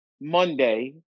Monday